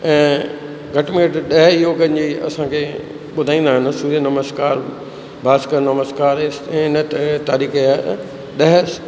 ऐं घटि में घटि ॾह योगनि जी असांखे ॿुधाईंदा आहिनि सूर्य नमस्कार भास्कर नमस्कार ऐं इन तरीक़े जा ॾह